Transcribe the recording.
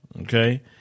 Okay